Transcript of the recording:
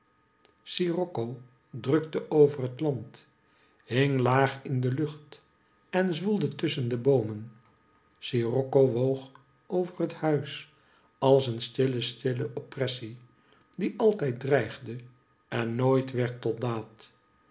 scirocco drukte over het land hing laag in de lucht en zwoelde tusschen de boomen scirocco woog over het huis als een stille stille oppressie die altijd dreigde en nooit werd tot